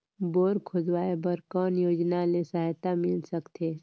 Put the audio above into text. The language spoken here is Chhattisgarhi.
बोर खोदवाय बर कौन योजना ले सहायता मिल सकथे?